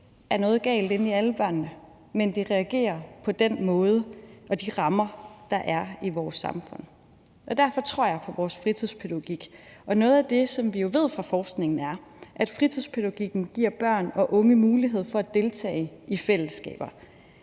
er noget galt inde i alle børnene, men de reagerer på den måde på grund af de rammer, der er i vores samfund? Derfor tror jeg på vores fritidspædagogik, og noget af det, som vi jo ved fra forskningen, er, at fritidspædagogikken giver børn og unge mulighed for at deltage i fællesskaber.